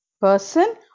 person